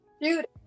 Dude